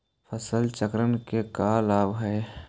फसल चक्रण के का लाभ हई?